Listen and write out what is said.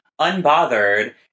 unbothered